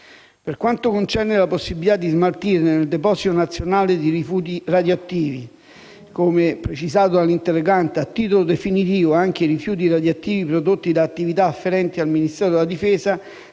Per quanto concerne la possibilità di smaltire nel Deposito nazionale di rifiuti radioattivi, come precisato dall'interrogante, a «titolo definitivo anche i rifiuti radioattivi prodotti da attività afferenti al Ministero della difesa»,